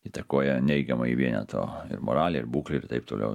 įtakoja neigiamai į vieneto ir moralę ir būklę ir taip toliau